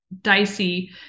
dicey